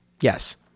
Yes